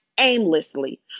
aimlessly